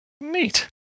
Neat